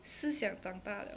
思想长大了